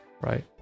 Right